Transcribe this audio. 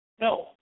No